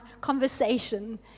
conversation